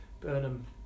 Burnham